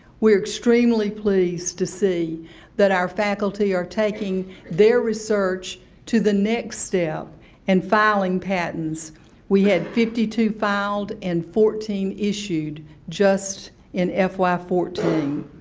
we are extremely pleased to see that our faculty are taking their research to the next step and filing patents we had fifty two filed, and fourteen issued just in fy fourteen.